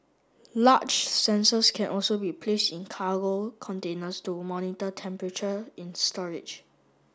large sensors can also be placed in cargo containers to monitor temperature in storage